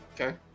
Okay